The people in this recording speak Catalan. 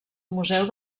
museu